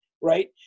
right